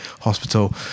hospital